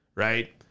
Right